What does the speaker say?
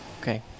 Okay